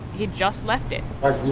he just left it i